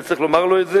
וצריך לומר לו את זה,